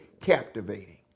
captivating